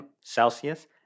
Celsius